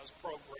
program